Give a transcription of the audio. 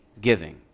giving